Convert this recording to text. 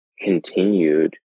continued